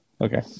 Okay